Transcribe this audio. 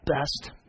best